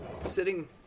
sitting